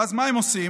ואז מה הם עושים?